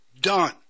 Done